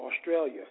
Australia